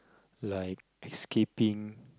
like escaping